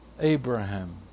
Abraham